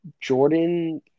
Jordan